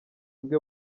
bwe